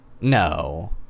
no